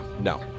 no